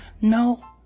No